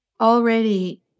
already